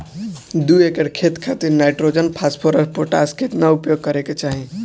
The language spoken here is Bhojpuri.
दू एकड़ खेत खातिर नाइट्रोजन फास्फोरस पोटाश केतना उपयोग करे के चाहीं?